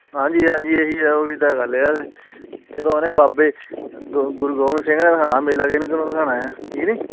ਹਾਂਜੀ ਹਾਂਜੀ ਇਹੀ ਹੈ ਉਹੀ ਤਾਂ ਗੱਲ ਆ ਜਦੋਂ ਉਹਨੇ ਬਾਬੇ ਗੁਰੂ ਗੋਬਿੰਦ ਸਿੰਘ ਨੇ ਦਿਖਾਉਣਾ ਮੇਲਾ ਕਿਹਨੇ ਕਿਹਨੂੰ ਦਿਖਾਉਣਾ ਆ ਠੀਕ ਨਹੀਂ